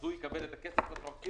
אז הוא יקבל את הכסף רטרואקטיבית.